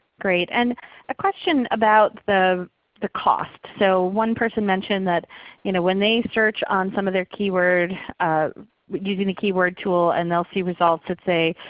great and a question about the the cost. so one person mentioned that you know when they search on some of their keyword using the keyword tool and they'll see results that say,